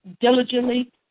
diligently